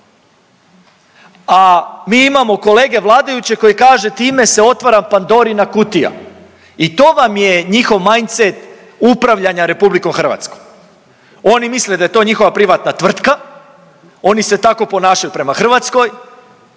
a mi imamo kolege vladajuće koji kaže time se otvara Pandorina kutija. I to vam je njihov mind set, upravljanja Republikom Hrvatskom. Oni misle da je to njihova privatna tvrtka, oni se tako ponašaju prema Hrvatskoj,